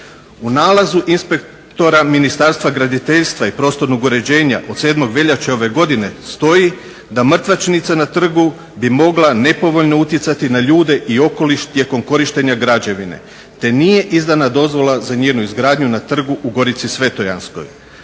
U nalazu inspektora Ministarstva graditeljstva i prostornog uređenja od 7. veljače ove godine stoji da mrtvačnica na trgu bi mogla nepovoljno utjecati na ljude i okoliš tijekom korištenja građevine te nije izdana dozvola za nijednu izgradnju na trgu u Gorici svetojanskoj.